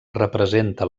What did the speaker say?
representa